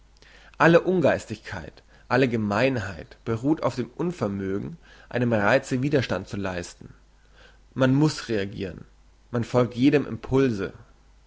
alle ungeistigkeit alle gemeinheit beruht auf dem unvermögen einem reize widerstand zu leisten man muss reagiren man folgt jedem impulse